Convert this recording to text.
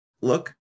look